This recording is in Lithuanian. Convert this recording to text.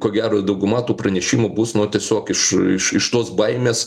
ko gero dauguma tų pranešimų bus nu tiesiog iš iš tos baimės